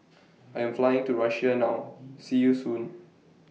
I Am Flying to Russia now See YOU Soon